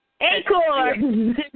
Acorn